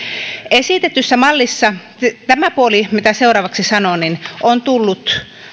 esitetyssä mallissa siis tämä puoli mitä seuraavaksi sanon on tullut